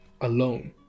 alone